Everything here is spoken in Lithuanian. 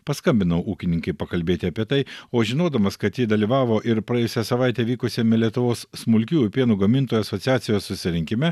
paskambinau ūkininkei pakalbėti apie tai o žinodamas kad ji dalyvavo ir praėjusią savaitę vykusiame lietuvos smulkiųjų pieno gamintojų asociacijos susirinkime